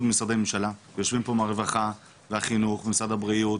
משרדי ממשלה ויושבים פה מהרווחה והחינוך ומשרד הבריאות